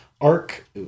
arc